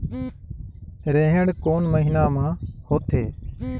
रेहेण कोन महीना म होथे?